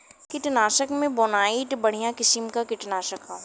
कीटनाशक में बोनाइट बढ़िया किसिम क कीटनाशक हौ